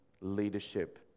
leadership